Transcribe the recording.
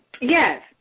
Yes